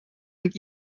und